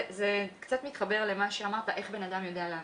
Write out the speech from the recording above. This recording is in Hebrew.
זה קצת מתחבר למה שאמרת, איך בן אדם יודע לאבחן.